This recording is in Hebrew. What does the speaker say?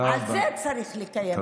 על זה צריך לקיים דיונים.